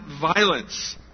violence